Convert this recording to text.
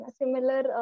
similar